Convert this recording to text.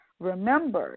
Remember